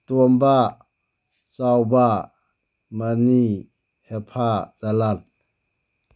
ꯇꯣꯝꯕ ꯆꯥꯎꯕ ꯃꯅꯤ ꯍꯦꯐꯥ ꯂꯂꯥꯜ